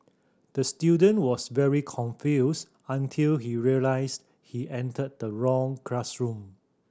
the student was very confused until he realised he entered the wrong classroom